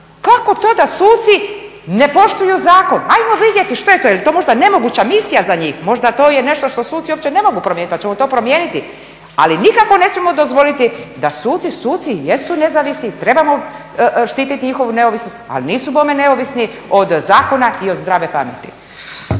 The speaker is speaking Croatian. Kako to da suci ne poštuju zakon? Ajmo vidjeti što je to, je li to možda nemoguća misija za njih? Možda to je nešto što suci uopće ne mogu promijeniti pa ćemo to promijeniti, ali nikako ne smijemo dozvoliti da suci, suci jesu nezavisni, trebamo štiti njihovu nezavisnost, ali nisu bome neovisni od zakona i od zdrave pameti.